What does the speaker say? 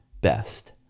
best